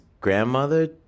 grandmother